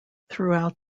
throughout